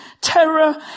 terror